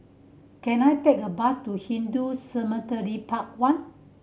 can I take a bus to Hindu Cemetery Path One